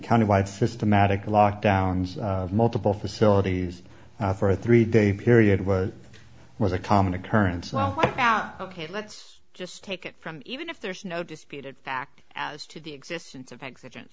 county wide systematic lockdowns multiple facilities for a three day period was was a common occurrence well ok let's just take it from even if there's no disputed fact as to the existence of existence